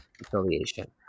affiliation